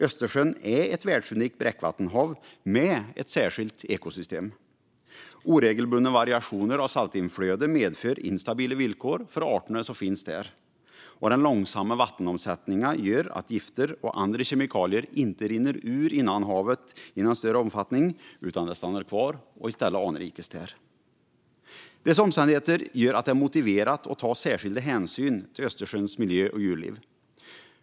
Östersjön är ett världsunikt bräckvattenhav med ett särskilt ekosystem. Oregelbundna variationer i saltvatteninflödet medför instabila villkor för arterna som finns där, och den långsamma vattenomsättningen gör att gifter och andra kemikalier inte rinner ut ur innanhavet i någon större omfattning utan stannar kvar och anrikas där. Dessa omständigheter gör att det är motiverat att ta särskilda hänsyn till Östersjöns miljö och djurliv.